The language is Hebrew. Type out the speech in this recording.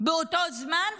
באותו הזמן,